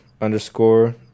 Underscore